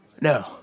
no